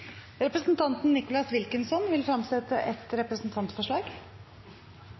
Representanten Nicolas Wilkinson vil fremsette et representantforslag.